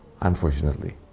unfortunately